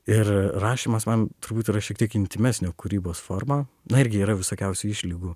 ir rašymas man turbūt yra šiek tiek intymesnė kūrybos forma na irgi yra visokiausių išlygų